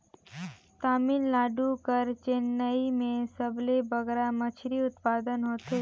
तमिलनाडु कर चेन्नई में सबले बगरा मछरी उत्पादन होथे